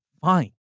fine